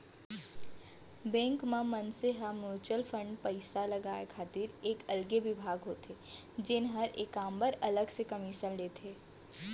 bank म मनसे ह म्युचुअल फंड पइसा लगाय खातिर एक अलगे बिभाग होथे जेन हर ए काम बर अलग से कमीसन लेथे